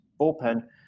bullpen